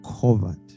covered